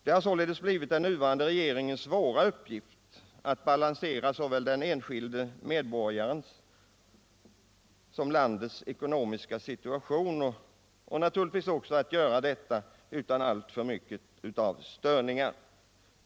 Det har blivit den nuvarande regeringens svåra uppgift att balansera såväl den enskilde medborgarens som landets ekonomiska situation och naturligtvis också att göra detta utan alltför stora störningar.